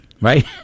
Right